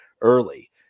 early